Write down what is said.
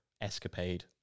escapade